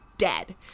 dead